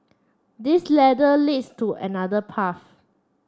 this ladder leads to another path